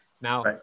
now